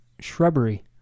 shrubbery